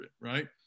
right